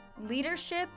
Leadership